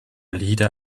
alida